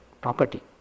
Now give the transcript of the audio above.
property